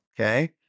Okay